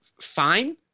fine